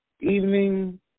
evening